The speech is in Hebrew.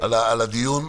על הדיון.